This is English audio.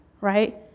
right